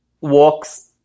walks